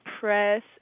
press